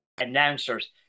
Announcers